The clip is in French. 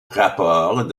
rapports